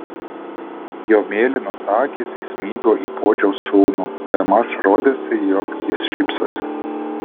jo mėlynos akys įsmigo į puodžiaus sūnų bemaž rodėsi jog jis šypsosi